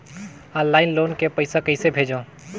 Online loan के पईसा कइसे भेजों?